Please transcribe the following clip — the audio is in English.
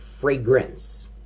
fragrance